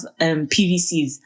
PVCs